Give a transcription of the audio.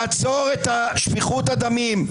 לעצור את שפיכות הדמים,